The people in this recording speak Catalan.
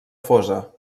fosa